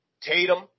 Tatum